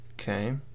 okay